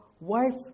wife